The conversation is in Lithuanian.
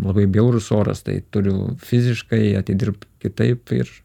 labai bjaurus oras tai turiu fiziškai atidirbt kitaip ir